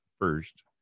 first